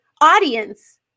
audience